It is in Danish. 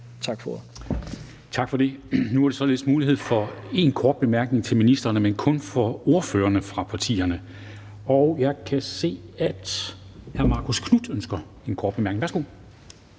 Tak for det. Nu er der således mulighed for én kort bemærkning til ministeren, men kun fra ordførerne for partierne. Og jeg kan se, at hr. Marcus Knuth ønsker en kort bemærkning. Værsgo.